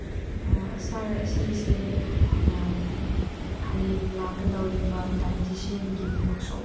ꯁꯥꯔ ꯑꯁꯤꯁꯦ ꯍꯌꯦꯡ ꯂꯥꯛꯀꯗꯧꯔꯤꯕ ꯗꯥꯏꯠꯇꯤꯁꯦꯟꯒꯤ ꯋꯥꯛꯁꯣꯞ